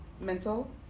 Mental